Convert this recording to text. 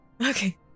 Okay